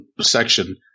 section